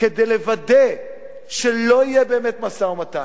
כדי לוודא שלא יהיה באמת משא-ומתן.